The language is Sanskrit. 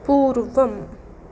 पूर्वम्